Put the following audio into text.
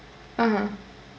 (uh huh)